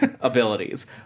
abilities